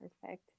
Perfect